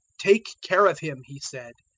take care of him he said,